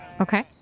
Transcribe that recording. okay